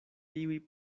tiuj